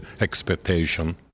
expectation